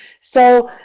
so,